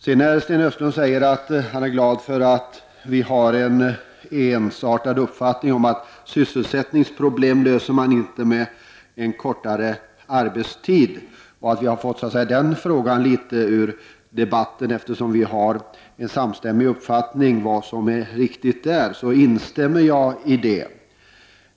Sten Östlund säger att han är glad över att vi har en ensartad uppfattning om att man inte löser sysselsättningsproblem med en kortare arbetstid och att den frågan har kommit litet ur debatten, eftersom vi har en samstämmig uppfattning om vad som är riktigt. Detta instämmer jag i.